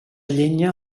llenya